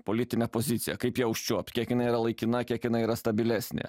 politinę poziciją kaip ją užčiuopt kiek jinai yra laikina kiek jinai yra stabilesnė